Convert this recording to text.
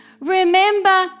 Remember